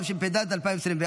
התשפ"ד 2024,